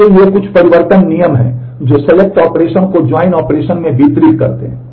इसलिए ये कुछ परिवर्तन नियम हैं जो सेलेक्ट ऑपरेशन में वितरित करते हैं